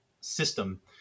system